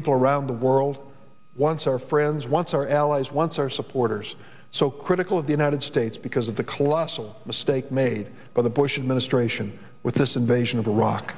people around the world once our friends once our allies once our supporters so critical of the united states because of the colossal mistake made by the bush administration with this invasion of iraq